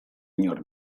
inor